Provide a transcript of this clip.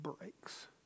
breaks